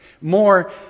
more